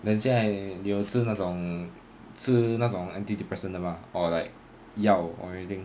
then 你有吃那种吃那种 ah anti depressant 的 mah or like 药 or anything